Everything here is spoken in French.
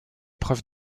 preuves